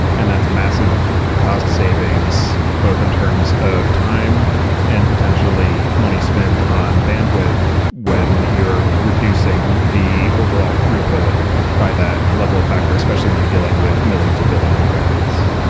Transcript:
and that's massive cost savings both in terms of time and potentially money spent on bandwidth when you're reducing the overall throughput by that level of factor, especially when you're dealing with millions or billions of records.